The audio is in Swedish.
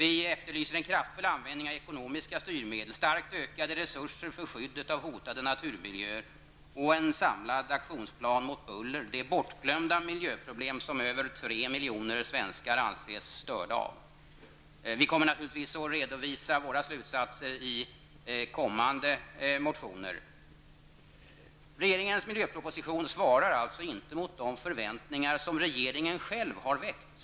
Vi efterlyser en kraftfull användning av ekonomiska styrmedel, starkt ökade resurser för skyddet av hotade naturmiljöer och en samlad aktionsplan mot buller -- det bortglömda miljöproblem -- som över tre miljoner svenskar anses störda av. Vi kommer naturligtvis att redovisa våra slutsatser i kommande motioner. Regeringens miljöproposition svarar alltså inte mot de förväntningar som regeringen själv har väckt.